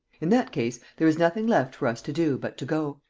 in that case, there is nothing left for us to do but to go.